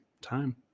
time